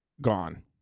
gone